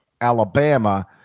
Alabama